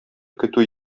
көтү